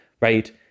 right